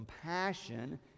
compassion